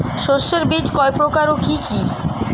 শস্যের বীজ কয় প্রকার ও কি কি?